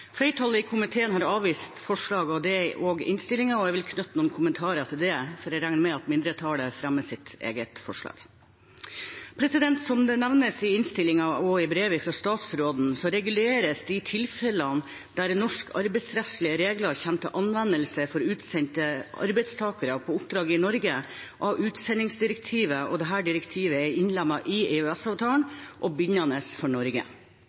Flertallet i komiteen har avvist forslaget – har innstilt på det. Jeg vil knytte noen kommentarer til dette, for jeg regner med at mindretallet vil fremme sine forslag og redegjøre for sitt standpunkt senere. Som det blir nevnt i innstillingen og i brevet fra statsråden, reguleres de tilfellene hvor norske arbeidsrettslige regler kommer til anvendelse for utsendte arbeidstakere på oppdrag i Norge, av utsendingsdirektivet. Dette direktivet er innlemmet i EØS-avtalen og er bindende for Norge.